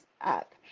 up